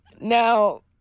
Now